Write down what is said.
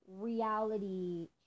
reality